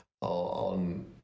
on